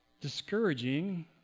discouraging